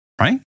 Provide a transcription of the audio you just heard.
right